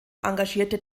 engagierte